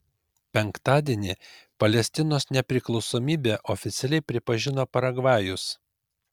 penktadienį palestinos nepriklausomybę oficialiai pripažino paragvajus